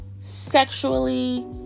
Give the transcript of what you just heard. sexually